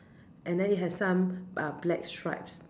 and then it has some uh black stripes